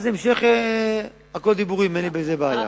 אז הכול דיבורים ואין לי עם זה בעיה.